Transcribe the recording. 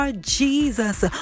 Jesus